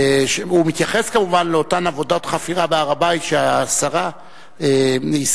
מתייחס כמובן לאותן עבודות חפירה בהר-הבית שהשרה הזכירה,